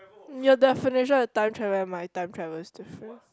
your definition of time travel and my time travel is different